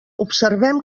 observem